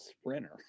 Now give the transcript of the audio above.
sprinter